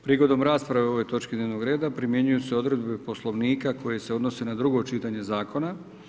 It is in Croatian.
Prigodom rasprave o ovoj točki dnevnog reda primjenjuju se odredbe Poslovnika koje se odnose na drugo čitanje zakona.